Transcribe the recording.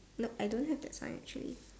no I don't have that sign actually